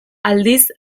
aldiz